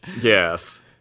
Yes